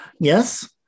Yes